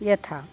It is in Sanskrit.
यथा